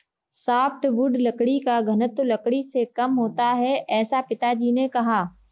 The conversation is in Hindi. सॉफ्टवुड लकड़ी का घनत्व लकड़ी से कम होता है ऐसा पिताजी ने कहा